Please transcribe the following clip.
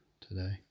today